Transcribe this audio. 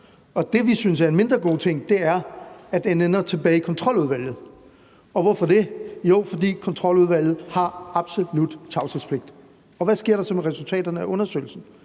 Det, vi synes er en mindre god ting, er, at den ender tilbage i Kontroludvalget. Og hvorfor synes vi det? Jo, fordi Kontroludvalget har absolut tavshedspligt. Og hvad sker der så med resultaterne af undersøgelsen?